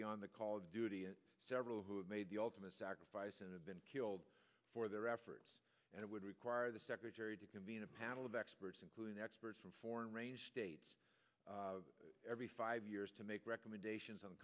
beyond the call of duty and several who have made the ultimate sacrifice and have been killed for their efforts and it would require the secretary to convene a panel of experts including experts from foreign states every five years to make recommendations on